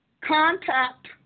Contact